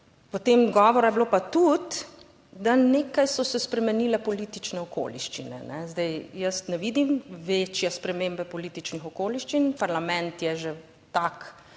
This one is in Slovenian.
potem govora je bilo pa tudi, da nekaj so se spremenile politične okoliščine. Zdaj jaz ne vidim večje spremembe političnih okoliščin. Parlament je že tak,